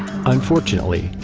unfortunately,